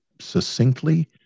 succinctly